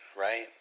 right